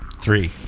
Three